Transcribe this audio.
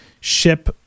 ship